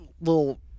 little